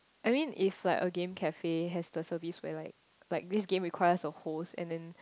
I mean if like a game cafe has the service where like like this game requires a host and then